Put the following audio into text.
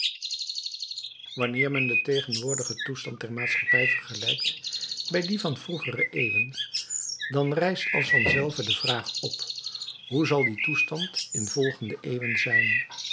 wanneer men den tegenwoordigen toestand der maatschappij vergelijkt bij dien van vroegere eeuwen dan rijst als van zelve de vraag op hoe zal die toestand in volgende eeuwen zijn